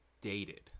dated